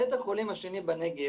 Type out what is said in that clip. בית החולים השני בנגב,